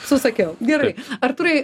susakiau gerai artūrai